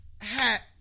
hat